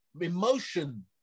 emotion